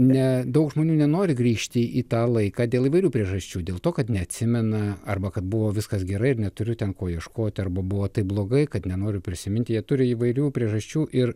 ne daug žmonių nenori grįžti į tą laiką dėl įvairių priežasčių dėl to kad neatsimena arba kad buvo viskas gerai ir neturiu ten ko ieškoti arba buvo taip blogai kad nenoriu prisiminti jie turi įvairių priežasčių ir